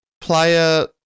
player